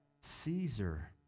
Caesar